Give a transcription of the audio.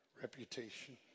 reputation